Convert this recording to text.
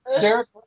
Derek